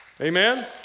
Amen